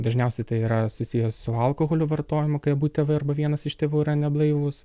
dažniausiai tai yra susiję su alkoholio vartojimu kai abu tėvai arba vienas iš tėvų yra neblaivūs